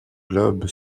globe